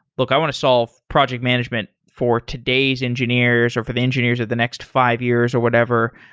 look, i want to solve project management for today's engineers or for the engineers of the next five years or whatever.